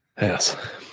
Yes